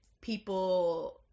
people